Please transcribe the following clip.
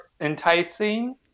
enticing